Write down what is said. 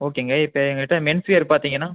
ஓகேங்க இப்போ எங்கக்கிட்டே மென்ஸ் வியர் பார்த்தீங்கன்னா